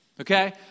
Okay